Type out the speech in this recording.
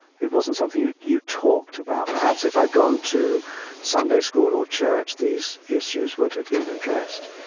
it wasn't something you talked about. perhaps if i'd gone to sunday school or church, these issues would have been addressed.